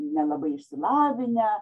nelabai išsilavinę